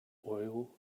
oil